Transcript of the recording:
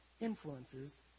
influences